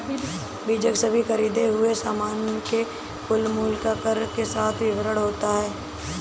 बीजक सभी खरीदें हुए सामान के कुल मूल्य का कर के साथ विवरण होता है